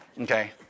okay